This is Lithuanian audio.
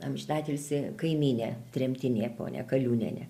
amžinatilsį kaimynė tremtinė ponia kaliunienė